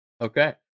Okay